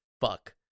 Fuck